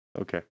Okay